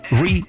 re